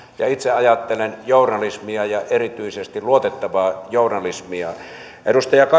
ja itse ajattelen journalismia ja erityisesti luotettavaa journalismia kun edustaja kasvi